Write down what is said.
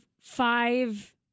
five